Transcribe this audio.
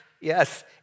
yes